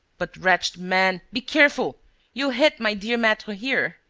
but, wretched man, be careful you'll hit my dear maitre here!